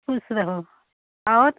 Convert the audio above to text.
ख़ुश रहो और